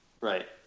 Right